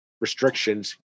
restrictions